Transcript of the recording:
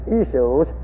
issues